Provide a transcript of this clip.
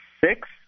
six